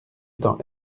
temps